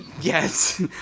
Yes